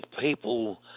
people